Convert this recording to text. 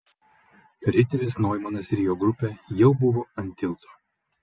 riteris noimanas ir jo grupė jau buvo ant tilto